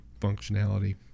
functionality